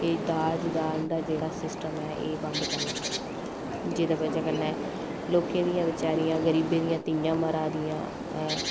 एह् दाज दान दा जेह्ड़ा सिस्टम ऐ एह् बंद करना चाहिदा भाई जेह्दे बजह् कन्नै लोकें दियां बचारियां गरीबें दियां धियां मरा दियां ऐं